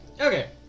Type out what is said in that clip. Okay